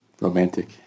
Romantic